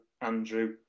Andrew